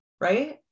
right